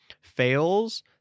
fails